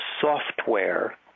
software